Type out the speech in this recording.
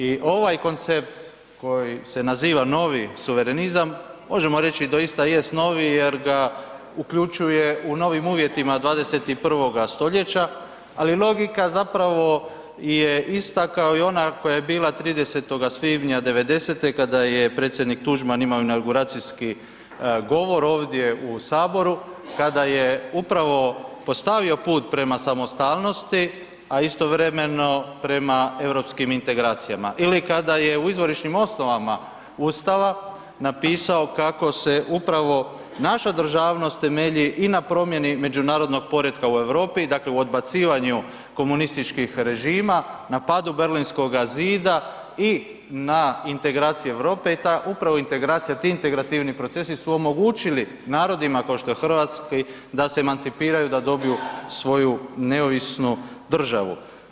I ovaj koncept koji se naziva novi suverenizam možemo reći doista jest novi jer ga uključuje u novim uvjetima 21. stoljeća, ali logika zapravo je ista kao i ona koja je bila 30. svibnja '90.-te kada je predsjednik Tuđman imao inauguracijski govor ovdje u saboru, kada je upravo postavio put prema samostalnosti, a istovremeno prema europskim integracijama ili kada je u izvorišnim osnovama ustava napisao kako se upravo naša državnost temelji i na promijeni međunarodnog poretka u Europi, dakle u odbacivanju komunističkih režima, na padu berlinskoga zida i na integraciji Europe i ta upravo integracija, ti integrativni procesi su omogućili narodima košto je hrvatski da se emancipiraju da dobiju svoju neovisnu državu.